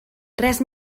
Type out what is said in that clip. res